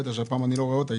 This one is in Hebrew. הפעם אני לא רואה אותה.